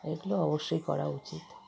এগুলো অবশ্যই করা উচিত